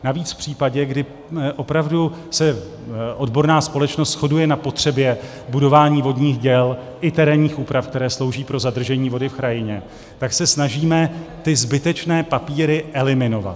Navíc v případě, kdy opravdu se odborná společnost shoduje na potřebě budování vodních děl i terénních úprav, které slouží pro zadržení vody v krajině, tak se snažíme ty zbytečné papíry eliminovat.